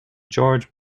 george